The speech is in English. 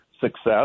success